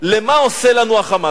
למה שעושה לנו ה"חמאס".